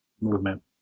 Movement